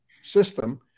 system